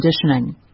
conditioning